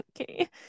okay